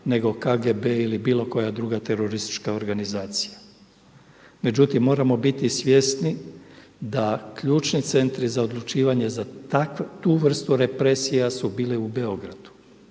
nego KGB ili bilo koja druga teroristička organizacija. Međutim, moramo biti svjesni da ključni centri za odlučivanje za tu vrstu represija su bili u Beogradu.